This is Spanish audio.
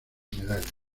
medallas